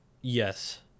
Yes